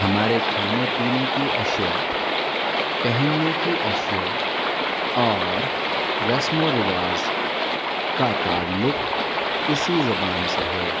ہمارے کھانے پینے کی اشیاء پہننے کی اشیاء اور رسم و رواج کا تعلق اسی زبان سے ہے